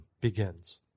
begins